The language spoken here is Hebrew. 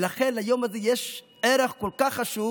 ולכן ליום הזה יש ערך כל כך חשוב.